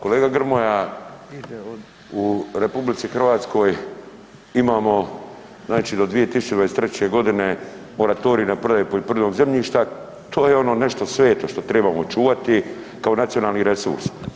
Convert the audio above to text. Kolega Grmoja, u RH imamo znači do 2023.g. moratorij na prodaju poljoprivrednog zemljišta, to je ono nešto sveto što trebamo čuvati kao nacionalni resurs.